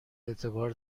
اعتبار